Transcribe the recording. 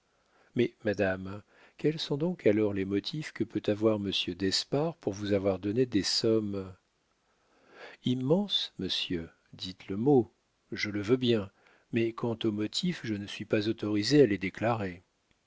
mais madame quels sont donc alors les motifs que peut avoir monsieur d'espard pour vous avoir donné des sommes immenses monsieur dites le mot je le veux bien mais quant aux motifs je ne suis pas autorisée à les déclarer